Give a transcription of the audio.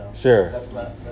Sure